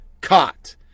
caught